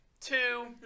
Two